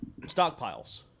stockpiles